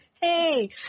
Hey